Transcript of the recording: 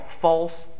false